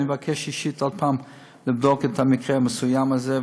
אני מבקש אישית עוד פעם לבדוק את המקרה המסוים הזה,